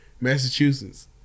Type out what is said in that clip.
Massachusetts